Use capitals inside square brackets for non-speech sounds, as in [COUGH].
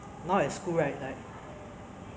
no orientation mah we all very quiet [NOISE]